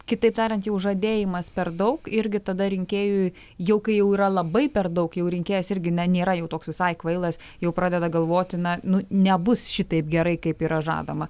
kitaip tariant jau žadėjimas per daug irgi tada rinkėjui jau kai jau yra labai per daug jau rinkėjas irgi nėra jau toks visai kvailas jau pradeda galvoti na nu nebus šitaip gerai kaip yra žadama